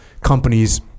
companies